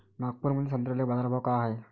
नागपुरामंदी संत्र्याले बाजारभाव काय हाय?